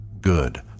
Good